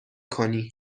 کنی